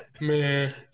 Man